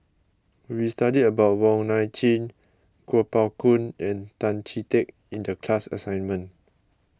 we studied about Wong Nai Chin Kuo Pao Kun and Tan Chee Teck in the class assignment